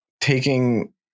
taking